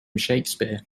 shakespeare